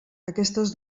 aquestes